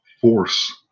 force